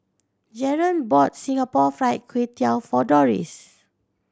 Jaren bought Singapore Fried Kway Tiao for Doris